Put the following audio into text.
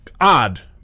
odd